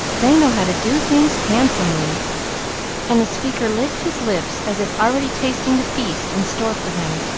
they know how to do things handsomely and the speaker licked his lips, as if already tasting the feast in store for him.